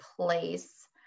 place